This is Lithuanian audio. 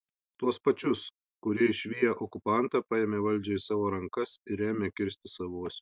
tuos pačius kurie išviję okupantą paėmė valdžią į savo rankas ir ėmė kirsti savuosius